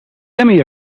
semi